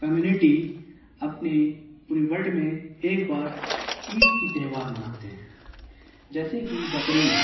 community اپنے پوری world میں ایک بار عید کی تہوار مناتے ہیں جیسے کہ بقر عید